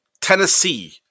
tennessee